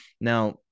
Now